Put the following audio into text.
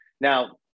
now